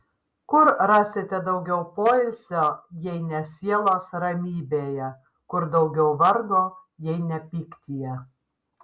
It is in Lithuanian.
kur rasite daugiau poilsio jei ne sielos ramybėje kur daugiau vargo jei ne pyktyje